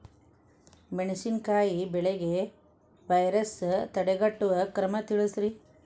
ಮೆಣಸಿನಕಾಯಿ ಬೆಳೆಗೆ ವೈರಸ್ ತಡೆಗಟ್ಟುವ ಕ್ರಮ ತಿಳಸ್ರಿ